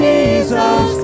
Jesus